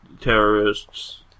terrorists